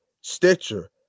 Stitcher